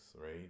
Right